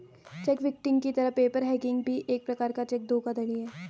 check kiting की तरह paper hanging भी एक प्रकार का चेक धोखाधड़ी है